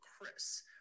Chris